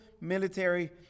military